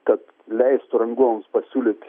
kad leistų rangoms pasiūlyti